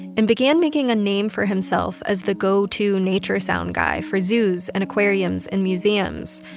and began making a name for himself as the go to nature sound guy for zoos and aquariums and museums,